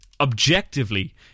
objectively